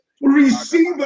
receive